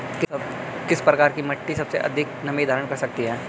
किस प्रकार की मिट्टी सबसे अधिक नमी धारण कर सकती है?